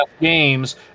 Games